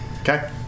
okay